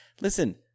listen